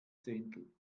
zehntel